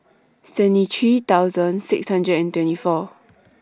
seventy three thousand six hundred and twenty four